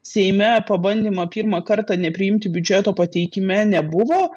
seime pabandymą pirmą kartą nepriimti biudžeto pateikime nebuvo